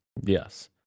yes